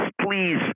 please